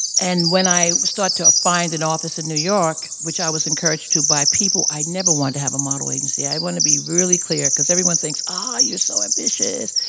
and when i start to find an office in new york, which i was encouraged to by people. i'd never want to have a model agency. i want to be really clear because everyone thinks oh ah you're so ambitious!